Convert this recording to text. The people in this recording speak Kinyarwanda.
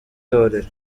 torero